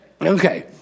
Okay